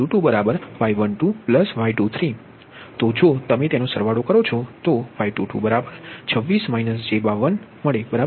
તેથી જો તમે તેનો સરવાળો કરો છો તો Y2226 j52 મળે બરાબર